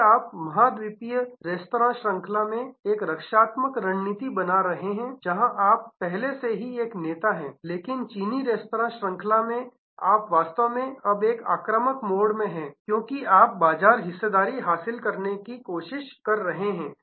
फिर आप महाद्वीपीय रेस्तरां श्रृंखला में एक रक्षात्मक रणनीति बना रहे हैं जहां आप पहले से ही एक नेता हैं लेकिन चीनी रेस्तरां श्रृंखला में आप वास्तव में अब एक आक्रामक मोड में हैं क्योंकि आप बाजार हिस्सेदारी हासिल करने की कोशिश कर रहे हैं